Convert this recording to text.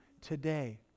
today